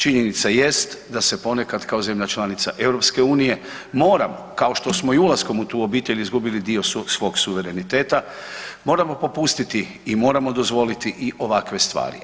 Činjenica jest da se ponekad kao zemlja članica EU-a, moramo kao što smo i ulaskom u tu obitelj izgubili dio svog suvereniteta, moramo popustiti i moramo dozvoliti i ovakve stvari.